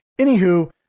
Anywho